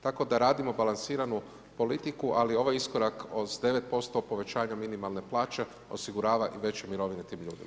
Tako da radimo balansiranu politiku, ali ovaj iskorak s 9% povećanju minimalne plaće osigurava i veće mirovine tim ljudima.